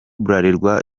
bralirwa